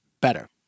better